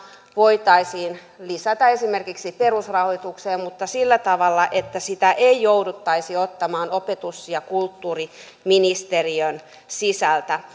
voitaisiin lisätä esimerkiksi perusrahoitukseen mutta sillä tavalla että sitä ei jouduttaisi ottamaan opetus ja kulttuuriministeriön sisältä